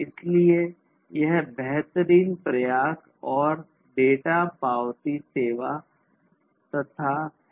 इसलिए यह बेहतरीन प्रयास और डेटा पावती सेवा है